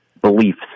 beliefs